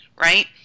right